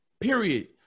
period